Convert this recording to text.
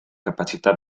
capacità